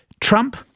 Trump